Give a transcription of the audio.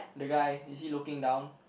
the guy is he looking down